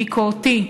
ביקורתי,